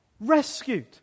rescued